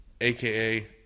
AKA